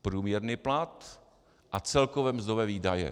Průměrný plat a celkové mzdové výdaje.